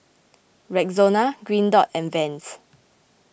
Rexona Green Dot and Vans